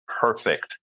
Perfect